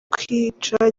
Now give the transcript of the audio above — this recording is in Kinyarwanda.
kwica